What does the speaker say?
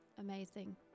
Amazing